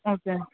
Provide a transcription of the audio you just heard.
okay